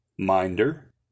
Minder